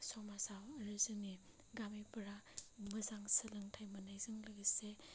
समाजआव आरो जोंनि गामिफोरा मोजां सोलोंथाय मोननायजों लोगोसे